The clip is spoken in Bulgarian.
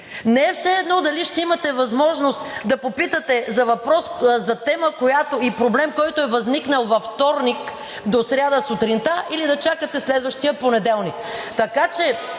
Не е все едно дали ще имате възможност да попитате за тема и проблем, който е възникнал във вторник до сряда сутринта, или да чакате следващия понеделник. Така че